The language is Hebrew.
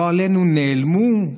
לא עלינו, נעלמו?